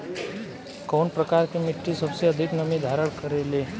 कउन प्रकार के मिट्टी सबसे अधिक नमी धारण करे ले?